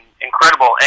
incredible